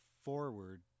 forward